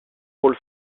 rôle